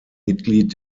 mitglied